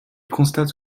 constate